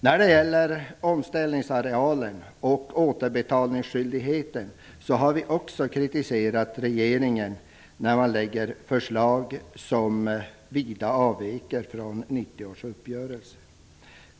När det gäller omställningsarealen och återbetalningsskyldigheten har vi kritiserat regeringen för att lägga fram förslag som vida avviker från 1990 års uppgörelse.